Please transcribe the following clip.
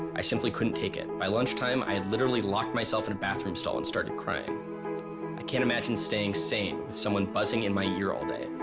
i simply couldn't take it. by lunch time i had literally locked myself in a bathroom stall and started crying. i can't imagine staying sane with someone buzzing in my ear all day,